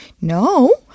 No